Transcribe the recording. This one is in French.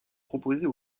proposée